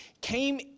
came